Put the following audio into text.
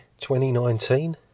2019